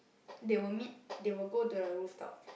they will meet they will go to the rooftop